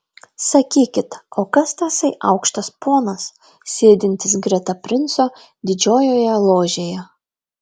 sakykit o kas tasai aukštas ponas sėdintis greta princo didžiojoje ložėje